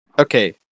Okay